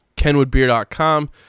KenwoodBeer.com